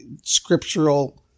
scriptural